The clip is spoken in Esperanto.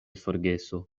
forgeso